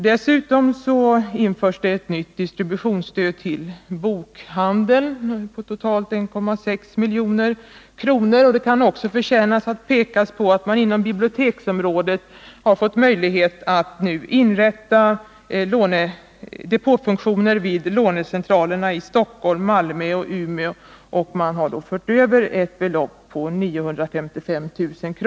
Dessutom införs ett nytt distributionsstöd till bokhandeln på totalt 1,6 milj.kr. Det kan också förtjäna att påpekas att man inom biblioteksområdet har fått möjlighet att inrätta depåfunktioner vid lånecentralerna i Stockholm, Malmö och Umeå. Regeringen föreslår att ett belopp på 955 000 kr.